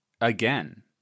again